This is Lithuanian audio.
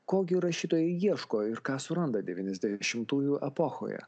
ko gi rašytojai ieško ir ką suranda devyniasdešimtųjų epochoje